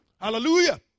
Hallelujah